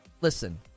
Listen